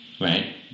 right